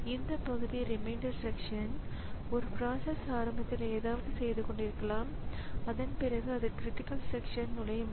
இவை பாரம்பரிய கணினியில் இருந்தன மேலும் டிஸ்க் மவுஸ் விசைப்பலகை அச்சுப்பொறி மானிட்டர் போன்ற பல IO உபகரணங்களை நம்மிடம் வைத்திருக்க முடியும்